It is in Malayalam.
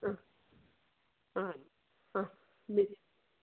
ആ ആ ആ